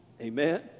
Amen